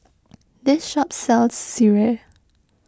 this shop sells Sireh